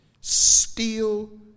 steal